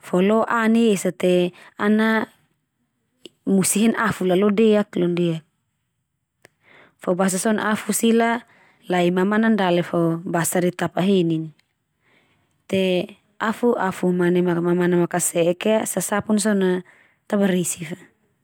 fo lo ani esa te ana musi hen afu la lo deak londiak. Fo basa so na afu sila lai mamanan dale fo basa de tapa henin. Te afu-afu manai mamana makase'ek ia sasapun so na ta barisi fa.